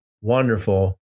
wonderful